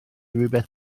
rywbeth